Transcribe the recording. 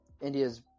India's